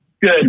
good